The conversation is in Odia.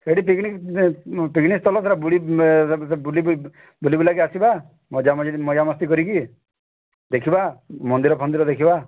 ସେଇଠି ପିକିନିକ ବୁଲିବୁଲା କି ଆସିବା ମଜାମସ୍ତି କରିକି ଦେଖିବା ମନ୍ଦିର ଫନ୍ଦିର ଦେଖିବା